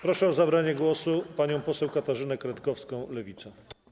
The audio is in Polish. Proszę o zabranie głosu panią poseł Katarzynę Kretkowską, Lewica.